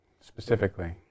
specifically